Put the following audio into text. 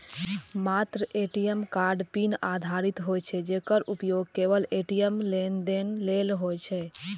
मात्र ATM card PIN आधारित होइ छै, जेकर उपयोग केवल ए.टी.एम लेनदेन लेल होइ छै